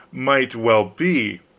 might well be,